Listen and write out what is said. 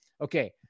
Okay